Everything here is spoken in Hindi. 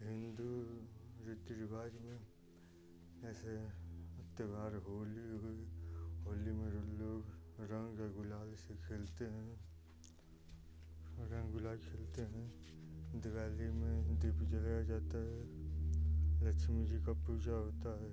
हिन्दू रीति रिवाज में ऐसे त्योहार होली हुई होली में लोग रंग या गुलाल से खेलते हैं रंग गुलाल खेलते हैं दिवाली में दीप जलाया जाता है लक्ष्मी जी का पूजा होता है